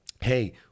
hey